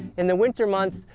in the winter months,